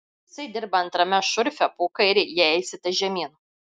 jisai dirba antrame šurfe po kairei jei eisite žemyn